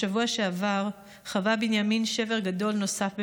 בשבוע שעבר חווה בנימין שבר גדול נוסף במשפחתו: